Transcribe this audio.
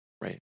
Right